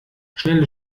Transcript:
schnelle